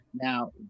now